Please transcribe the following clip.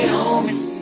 homies